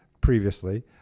previously